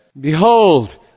Behold